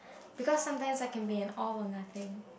because sometimes I can be an all or nothing